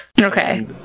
Okay